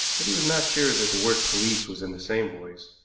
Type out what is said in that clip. but he was not sure that the word police was in the same voice,